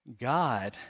God